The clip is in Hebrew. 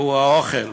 שהוא האוכל,